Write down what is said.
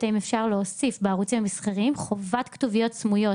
אם אפשר להוסיף בערוצים המסחריים חובת כתוביות סמויות?